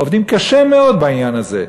עובדים קשה מאוד בעניין הזה.